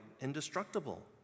indestructible